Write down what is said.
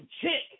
chick